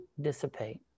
dissipate